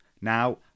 now